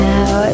Now